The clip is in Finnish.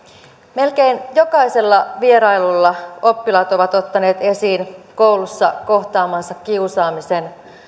melkein jokaisella vierailulla oppilaat ovat ottaneet esiin koulussa kohtaamansa kiusaamisen